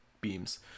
beams